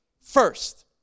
first